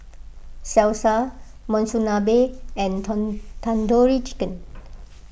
Salsa Monsunabe and Tandoori Chicken